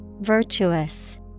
Virtuous